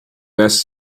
best